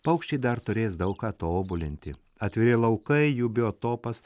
paukščiai dar turės daug ką tobulinti atviri laukai jų biotopas